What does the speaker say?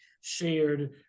shared